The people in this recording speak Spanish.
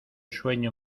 sueño